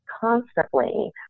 constantly